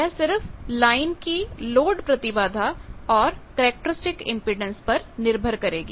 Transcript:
यह सिर्फ लाइन की लोड प्रतिबाधा और कैरेक्टरिस्टिक इम्पीडेन्स पर निर्भर करेगी